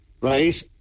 right